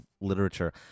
literature